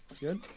Good